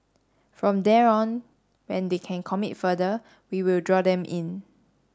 from there on when they can commit further we will draw them in